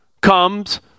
comes